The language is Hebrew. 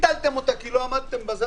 ביטלתם אותה כי לא עמדתם בה.